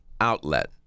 outlet